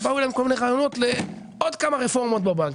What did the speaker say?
אז באו אליי עם כל מיני רעיונות לעוד כמה רפורמות בבנקים.